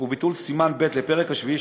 סימן ב' לפרק השביעי,